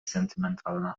sentymentalna